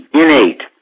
innate